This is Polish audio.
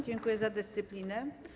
Dziękuję za dyscyplinę.